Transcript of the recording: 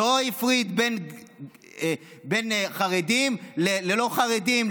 לא הפריד בין חרדים ללא חרדים,